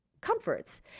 comforts